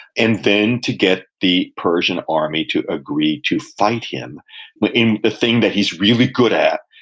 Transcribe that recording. and then to get the persian army to agree to fight him in the thing that he's really good at,